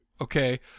Okay